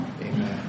Amen